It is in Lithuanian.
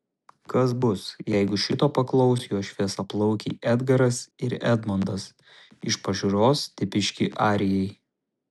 kas bus jeigu šito paklaus jo šviesiaplaukiai edgaras ir edmondas iš pažiūros tipiški arijai